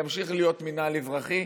ימשיך להיות מינהל אזרחי.